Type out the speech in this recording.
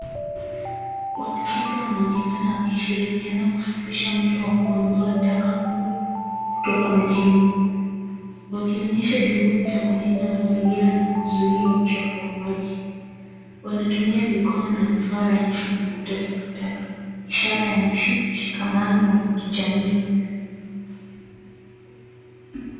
Watu sita wanaonekana wakishirikiana kusafisha mto kwa kuondoa taka kubwa kutoka majini. Wakionyesha juudi za kulinda mazingira na kuzuia uchafu wa maji. wanatumia mikono na vifaa rahisi vya kuokota takataka. Ishara ya shikamano ya kijamii.